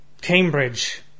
Cambridge